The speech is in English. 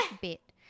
bit